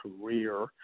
career